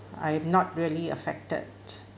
I have not really affected